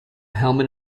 helmet